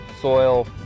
soil